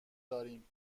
داریم